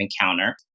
encounter